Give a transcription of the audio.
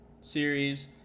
Series